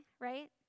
right